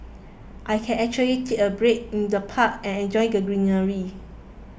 I can actually take a break in the park and enjoy the greenery